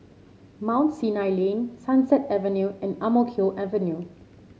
Mount Sinai Lane Sunset Avenue and Ang Mo Kio Avenue